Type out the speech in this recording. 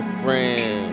friend